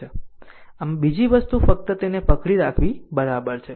આમ બીજી વસ્તુ ફક્ત તેને પકડી રાખવી તે બરાબર છે